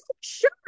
sure